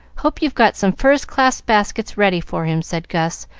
hope you've got some first-class baskets ready for him, said gus,